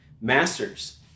Masters